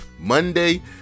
monday